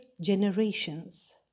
generations